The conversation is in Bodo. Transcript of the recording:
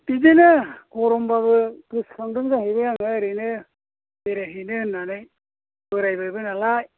बिदिनो गरमबाबो गोसोखांदों आङो ओरैनो बेरायहैनो होननानै बोरायबायबो नालाय